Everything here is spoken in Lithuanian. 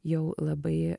jau labai